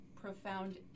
profound